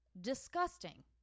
disgusting